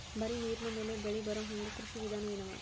ಬರೀ ನೀರಿನ ಮೇಲೆ ಬೆಳಿ ಬರೊಹಂಗ ಕೃಷಿ ವಿಧಾನ ಎನವ?